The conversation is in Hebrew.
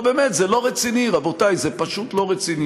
כמה מ-730 מיליארד מוקצה לצפון?